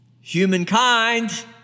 humankind